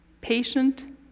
patient